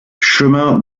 chemin